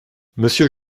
monsieur